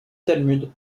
talmud